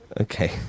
Okay